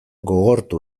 gogortu